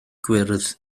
gwyrdd